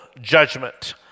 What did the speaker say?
judgment